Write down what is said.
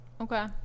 okay